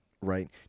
right